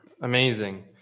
Amazing